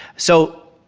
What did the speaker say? so,